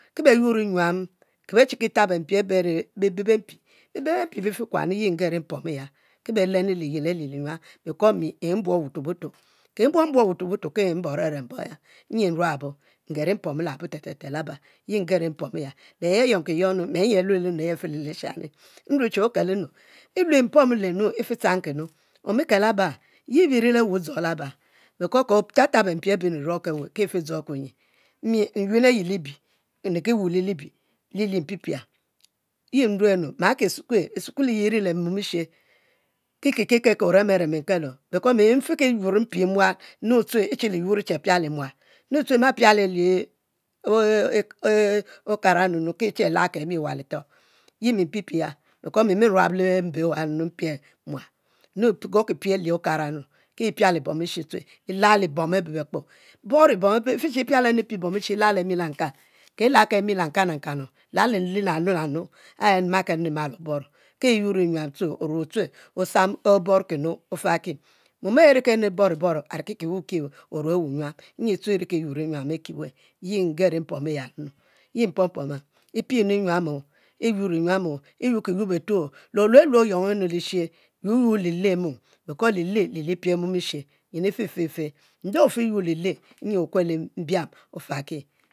Nyam kd be chi ki tab bibe bempi, bibe bempi bi fi kue nu ye ngeri mpomoya, ke belenu liyel ali li nyuam because mi mbuom wutuob wtuob, ki mbuon buon wutuo wutuob ki mbor are mbor ya mi nruabo ngeri mpomo labo te te te ngeri mpomo ya le yi ayonki yong nu ageri aluelo che he’ agefe lilishani, mue chie oke wunu, e'lue mpomo lenu e'fe tchankinu, omikel laba, hi e'rile weh dzo laba belo ke otabtab bempie abe mi ruoke weh ki fi dzokue nyi, mi nyuen ayi libie nriki wul le libie yi mpipia, yi nruenu maki e'sukue, e'sukuel yi ri le mom e'she, kiki ki kel ki orem a're mi nkelo bwro mi mfiki yur mpie mual nu tue e'che yuri e'piah mual, nu tue ma piala e e okara nu ki che laliye wa litoh, yi mi mpipie nu emi nu piali ayi okara ki piali mom eshe tue e lalibom abe bekpo e fe che e piale nu pie bom eshe lalemi la nkam, kilaki e'mi lakan lalile lanu lanu, e'makenu mal oboro ki e'yur nyuam orue tue e'sumo eborkinu, mo e’ oboroboro ariki samo orue owu nyuam nyi tue e'riki yur nyuam eki we nyi ngeri mpomo yi mpom poma e'pienu nyuamo e'yuei nyuam e yu ki yuo befue, le olue lue oyun nnu le e'she yuo yuo li le e'mom bele lile li li piel mom e'she, ife fe e'fe nde ofi yuo li ley okuelo mbiam ofaki